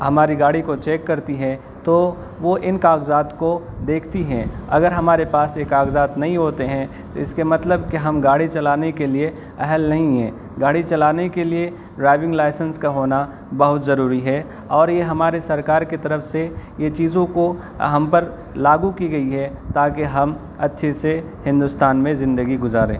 ہماری گاڑی کو چیک کرتی ہے تو وہ ان کاغذات کو دیکھتی ہے اگر ہمارے پاس یہ کاغذات نہیں ہوتے ہیں تو اس کے مطلب کہ ہم گاڑی چلانے کے لیے اہل نہیں ہیں گاڑی چلانے کے لیے ڈرائیونگ لائسنس کا ہونا بہت ضروری ہے اور یہ ہمارے سرکار کے طرف سے یہ چیزوں کو ہم پر لاگو کی گئی ہے تاکہ ہم اچھے سے ہندوستان میں زندگی گزاریں